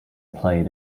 player